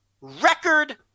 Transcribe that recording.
record